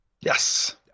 Yes